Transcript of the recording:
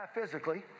physically